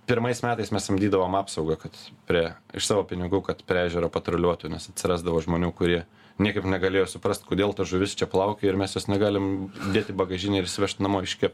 pirmais metais mes samdydavom apsaugą kad prie savo pinigų kad prie ežero patruliuotų nes atsirasdavo žmonių kurie niekaip negalėjo suprast kodėl ta žuvis čia plaukioja ir mes jos negalim dėt į bagažinę ir išsivežt namo iškep